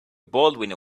baldwin